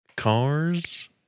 Cars